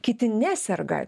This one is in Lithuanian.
kiti neserga